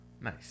Nice